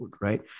right